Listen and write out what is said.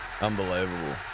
Unbelievable